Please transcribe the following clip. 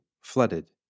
flooded